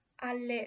alle